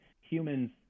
humans